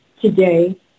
Today